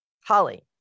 Holly